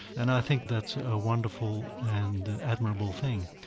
and i think that's a wonderful and admirable thing.